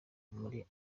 muri